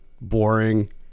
boring